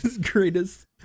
greatest